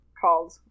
called